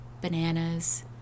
bananas